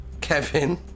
Kevin